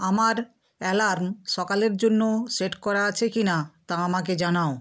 আমার অ্যালার্ম সকালের জন্য সেট করা আছে কিনা তা আমাকে জানাও